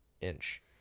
inch